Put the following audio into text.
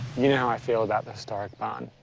you know how i feel about the historic barn.